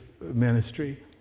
ministry